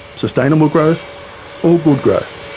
sustainable growth or good growth.